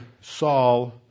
Saul